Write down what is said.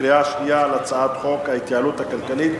בקריאה שנייה על הצעת חוק ההתייעלות הכלכלית